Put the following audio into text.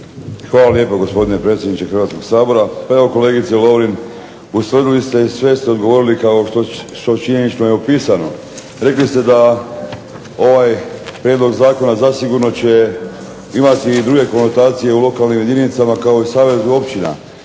Hvala lijepo gospodine predsjedniče Hrvatskog sabora. Pa evo kolegice Lovrin ustvrdili ste i sve ste odgovorili kao što je činjenično je opisano. Rekli ste da ovaj prijedlog zakona zasigurno će imati i druge konotacije u lokalnim jedinicama kao i savezu općina